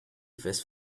first